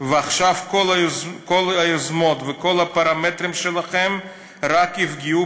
ועכשיו כל היוזמות וכל הפרמטרים שלכם רק יפגעו